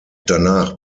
danach